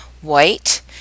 white